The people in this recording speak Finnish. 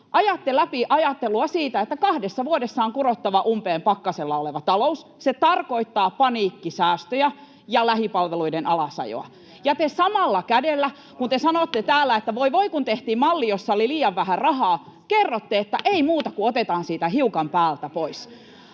ajatte läpi ajattelua siitä, että kahdessa vuodessa on kurottava umpeen pakkasella oleva talous. Se tarkoittaa paniikkisäästöjä ja lähipalveluiden alasajoa. Ja te samalla kun sanotte täällä, että voi voi kun tehtiin malli, jossa oli liian vähän rahaa, kerrotte, että ei muuta kuin otetaan siitä hiukan päältä pois.